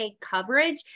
coverage